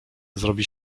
zrobi